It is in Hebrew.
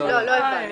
לא הבנו.